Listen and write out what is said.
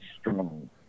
strong